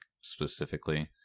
specifically